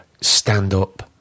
stand-up